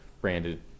branded